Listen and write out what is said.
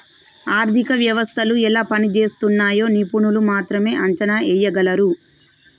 ఆర్థిక వ్యవస్థలు ఎలా పనిజేస్తున్నయ్యో నిపుణులు మాత్రమే అంచనా ఎయ్యగలరు